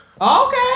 Okay